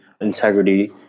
integrity